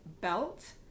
belt